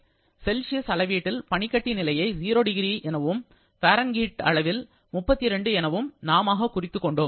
Celsius அளவீட்டில் பனிக்கட்டி நிலையை 0 என்றும் ஃபாரன்ஹீட் அளவீட்டில் 32 எனவும் நாமாக குறித்துக் கொண்டோம்